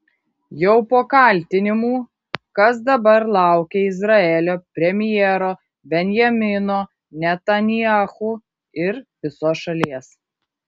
jau po kaltinimų kas dabar laukia izraelio premjero benjamino netanyahu ir visos šalies